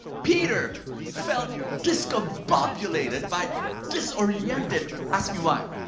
peter felt discombobulated by disoriented. ask me why?